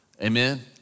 Amen